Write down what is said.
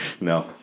No